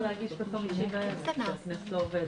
לא להגיש ביום חמישי בערב, כשהכנסת לא עובדת.